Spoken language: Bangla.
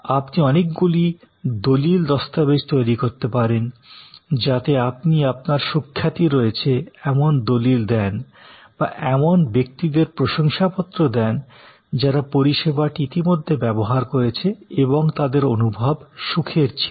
আপনি অনেকগুলি দলীল দস্তাবেজ তৈরী করতে পারেন যাতে আপনি আপনার সুখ্যাতি রয়েছে এমন দলিল দেন বা এমন ব্যক্তিদের প্রশংসাপত্র দেন যারা পরিষেবাটি ইতিমধ্যে ব্যবহার করেছে এবং তাদের অনুভব সুখের ছিল